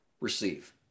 receive